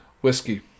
whiskey